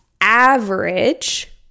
average